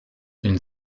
une